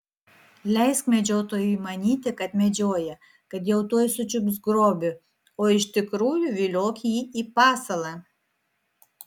leisk medžiotojui manyti kad medžioja kad jau tuoj sučiups grobį o iš tikrųjų viliok jį į pasalą